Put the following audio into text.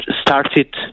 started